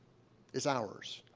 it's ours.